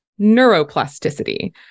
neuroplasticity